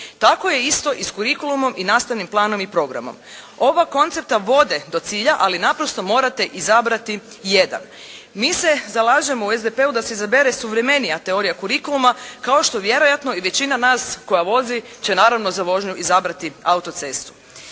Tako je isto i sa kurikulumom i nastavnim planom i programom. Oba koncepta vode do cilja, ali naprosto morate izabrati jedan. Mi se zalažemo u SDP-u da se izabere suvremenija teorija kurikuluma kao što vjerojatno i većina nas koja vozi će naravno za vožnju izabrati autocestu.